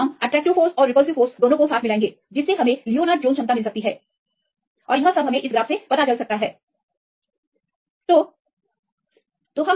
तो इन दोनों को एक साथ मिलाएं हमे लियोनार्ड जोन्स क्षमता मिल सकती हैं यह ग्राफ है कि वे कैसे दिखते हैं